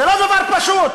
זה לא דבר פשוט.